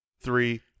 three